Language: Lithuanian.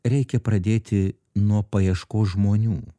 reikia pradėti nuo paieškos žmonių